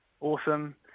awesome